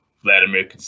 Vladimir